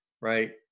right